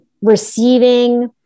receiving